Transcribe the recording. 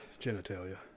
Genitalia